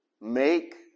Make